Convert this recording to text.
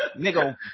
Nigga